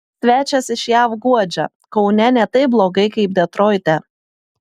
svečias iš jav guodžia kaune ne taip blogai kaip detroite